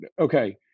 okay